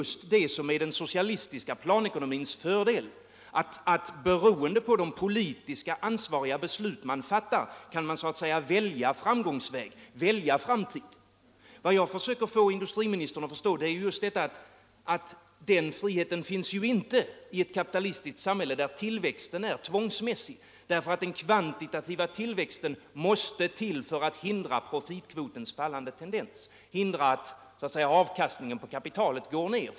Den socialistiska planekonomins fördel är just att man beroende på de politiskt ansvarigas beslut kan välja framgångsväg, välja framtid. Vad jag försöker få industriministern att förstå är just att den friheten inte finns i ett kapitalistiskt samhälle, där tillväxten är tvångsmässig. Den kvantitativa tillväxten måste till för att hindra profitkvotens fallande tendens, hindra att avkastningen på kapitalet går ner.